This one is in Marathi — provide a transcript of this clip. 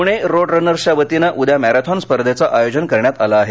पुणे रोडरनर्सच्यावतीनं उद्या मॅरेथॉन स्पर्धेंचं आयोजन करण्यात आलं आहे